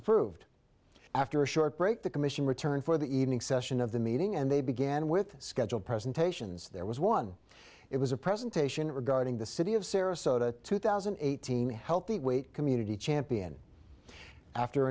approved after a short break the commission returned for the evening session of the meeting and they began with scheduled presentations there was one it was a presentation regarding the city of sarasota two thousand and eighteen healthy weight community champion after